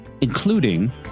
including